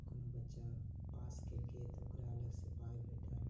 कोनो बच्चा पास केलकै तऽ ओकरा अलगसँ पाइ भेटल